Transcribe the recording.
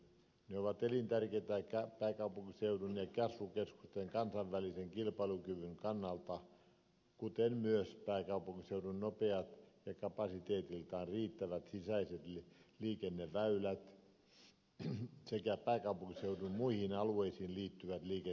ne ovat elintärkeitä pääkaupunkiseudun ja kasvukeskusten kansainvälisen kilpailukyvyn kannalta kuten myös pääkaupunkiseudun nopeat ja kapasiteetiltaan riittävät sisäiset liikenneväylät sekä pääkaupunkiseudun muihin alueisiin liittyvät liikenneväylät